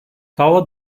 tava